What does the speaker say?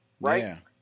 right